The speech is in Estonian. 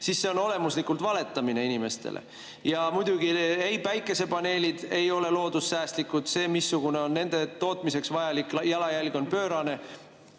siis see on olemuslikult valetamine inimestele. Päikesepaneelid ei ole loodussäästlikud. See, missugune on nende tootmiseks vajalik jalajälg, on pöörane.